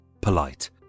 polite